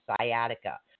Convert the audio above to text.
sciatica